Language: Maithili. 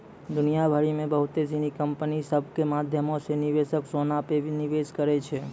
दुनिया भरि मे बहुते सिनी कंपनी सभ के माध्यमो से निवेशक सोना पे निवेश करै छै